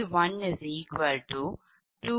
எனவே 𝑃𝑔1 218